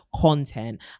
content